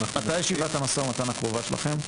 מתי ישיבת המשא ומתן הקרובה שלכם?